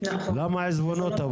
למה עיזבונות?